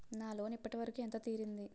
నా లోన్ ఇప్పటి వరకూ ఎంత తీరింది?